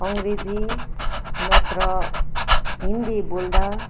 अङ्ग्रेजी नत्र हिन्दी बोल्दा